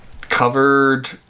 covered